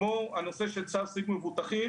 כמו הנושא של צו סיווג מבוטחים.